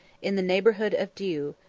in the neighborhood of diu,